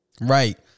Right